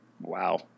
wow